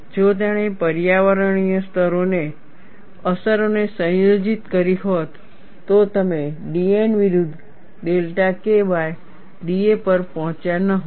જો તેણે પર્યાવરણ ીય અસરોને સંયોજિત કરી હોત તો તમે dN વિરુદ્ધ ડેલ્ટા K બાય da પર ન પહોંચ્યા હોત